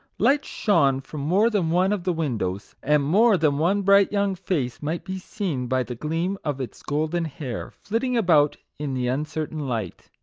lights shone from more than one of the windows and more than one bright young face might be seen, by the gleam of its golden hair, flit ting about in the uncertain light.